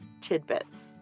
tidbits